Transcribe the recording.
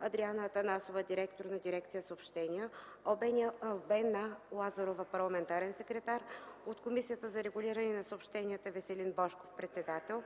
Андриана Атанасова – директор на дирекция „Съобщения”, Албена Лазарова – парламентарен секретар; от Комисията за регулиране на съобщенията: Веселин Божков – председател,